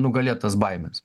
nugalėt tas baimes